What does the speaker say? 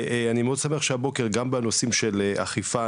ואני מאוד שמח שהבוקר גם בנושאים של אכיפה,